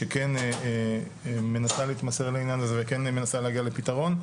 שכן מנסה להתמסר לעניין הזה וכן מנסה להגיע לפתרון,